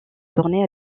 tournées